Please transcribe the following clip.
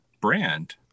brand